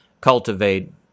cultivate